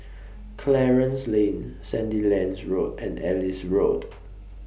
Clarence Lane Sandilands Road and Ellis Road